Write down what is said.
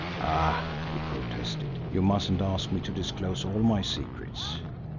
ah! he protested, you mustn't ask me to disclose all my secrets.